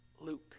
Luke